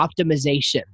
optimization